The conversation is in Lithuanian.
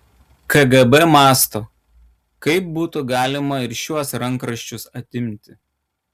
kgb mąsto kaip būtų galima ir šiuos rankraščius atimti